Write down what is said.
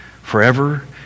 forever